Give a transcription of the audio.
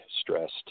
stressed